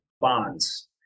bonds